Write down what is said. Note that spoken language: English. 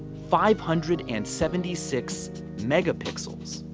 five hundred and seventy six megapixels.